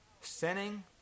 sinning